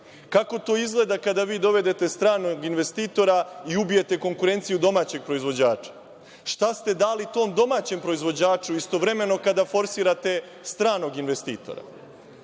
Kako to izgleda kada vi dovedete stranog investitora i ubijete konkurenciju domaćeg proizvođača? Šta ste dali tom domaćem proizvoćaču istovremeno, kada forsirate stranog investitora?